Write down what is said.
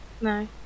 No